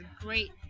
great